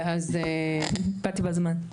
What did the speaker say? באתי בזמן.